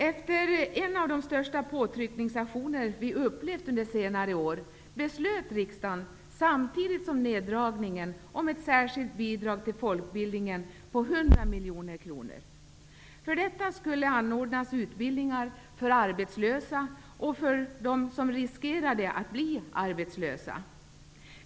Efter en av de största påtryckningsaktioner som vi har upplevt under senare år beslöt riksdagen, samtidigt med neddragningen, om ett särskilt bidrag till folkbildningen på 100 miljoner kronor. För dessa medel skulle utbildningar anordnas för arbetslösa och för dem som riskerade att bli arbetslösa.